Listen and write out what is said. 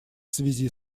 связи